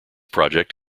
project